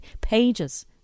pages